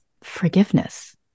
forgiveness